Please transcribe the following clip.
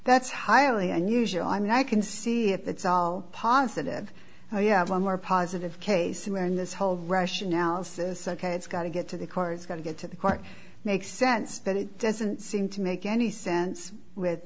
that's highly unusual i mean i can see if it's all positive oh yeah one more positive case where in this whole rush analysis ok it's got to get to the car's going to get to the court makes sense but it doesn't seem to make any sense with